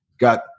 got